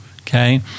okay